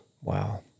Wow